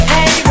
Hey